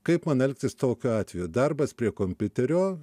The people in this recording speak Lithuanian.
kaip man elgtis tokiu atveju darbas prie kompiuterio